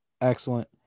Excellent